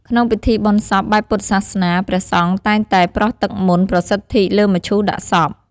ក្នុងពិធីបុណ្យសពបែបពុទ្ធសាសនា ព្រះសង្ឃតែងតែប្រស់ទឹកមន្តប្រសិទ្ធិលើមឈូសដាក់សព។